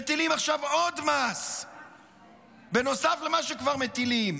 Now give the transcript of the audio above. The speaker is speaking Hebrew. מטילה עכשיו עוד מס בנוסף למה שכבר מטילים,